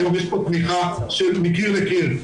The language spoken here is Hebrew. היום יש פה תמיכה מקיר לקיר,